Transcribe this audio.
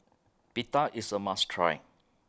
Pita IS A must Try